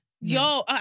Yo